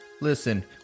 Listen